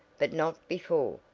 but not before,